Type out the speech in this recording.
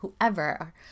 whoever